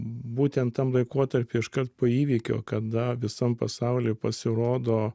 būtent tam laikotarpiui iškart po įvykio kada visam pasauliui pasirodo